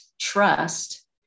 trust